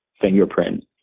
fingerprint